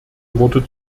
worte